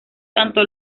tanto